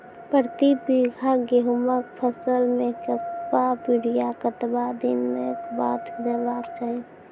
प्रति बीघा गेहूँमक फसल मे कतबा यूरिया कतवा दिनऽक बाद देवाक चाही?